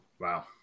Wow